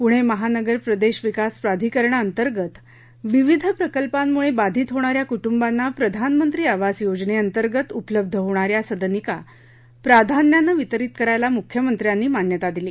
पुणे महानगर प्रदेश विकास प्राधिकरणाअंतर्गत विविध प्रकल्पामुळे बाधित होणाऱ्या कुटुंबाना प्रधानमंत्री आवास योजनेअंतर्गत उपलब्ध होणाऱ्या सदनिका प्राधान्यानं वितरीत करायला मुख्यमंत्र्यांनी मान्यता दिली